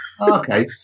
Okay